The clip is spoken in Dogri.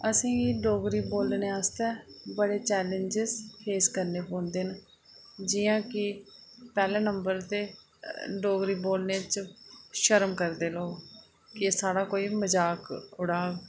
एसेंगी डोगरी बोलने आस्तै बड़े चैलेंजिस फेस करने पौंदे न जियां कि पैह्ले नंबर ते डोगरी बोलने च शर्म करदे कि साढ़ा कोई मजाक उड़ाग